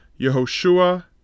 Yehoshua